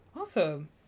awesome